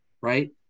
Right